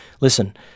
listen